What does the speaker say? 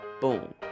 boom